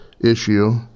issue